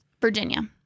Virginia